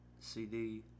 CD